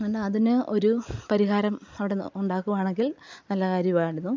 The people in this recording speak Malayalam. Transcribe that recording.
പിന്നെ അതിന് ഒരു പരിഹാരം അവിടെ നിന്ന് ഉണ്ടാക്കുക്കുകയാണെങ്കിൽ നല്ല കാര്യമായിരുന്നു